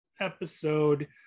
episode